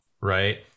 right